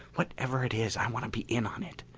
whatever it is, i want to be in on it.